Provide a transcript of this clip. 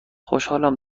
خوشحالم